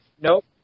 Nope